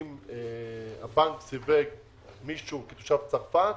אם הבנק סיווג מישהו כתושב צרפת,